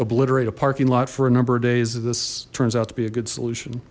obliterate a parking lot for a number of days this turns out to be a good solution